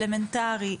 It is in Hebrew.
אלמנטרי,